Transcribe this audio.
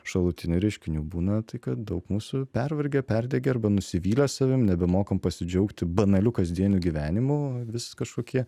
šalutinių reiškinių būna tai kad daug mūsų pervargę perdegę arba nusivylę savim nebemokam pasidžiaugti banaliu kasdieniu gyvenimu vis kažkokie